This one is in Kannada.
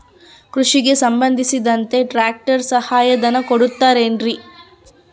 ಕೃಷಿಗೆ ಸಂಬಂಧಿಸಿದಂತೆ ಟ್ರ್ಯಾಕ್ಟರ್ ಸಹಾಯಧನ ಕೊಡುತ್ತಾರೆ ಏನ್ರಿ?